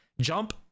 jump